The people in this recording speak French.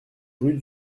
rue